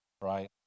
right